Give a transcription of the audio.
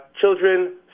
children